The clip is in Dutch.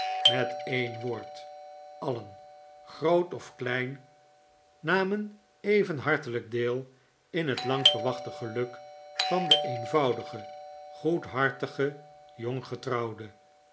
met een woord alien groot of klein namen even hartelijk deel in het lang verwachte geluk van den eenvoudigen goedhartigen